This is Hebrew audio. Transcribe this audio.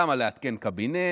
למה לעדכן קבינט?